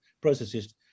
processes